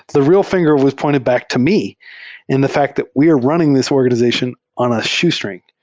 the real finger was pointed back to me and the fact that we are running this organization on a shoestring.